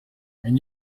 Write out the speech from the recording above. and